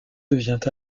devient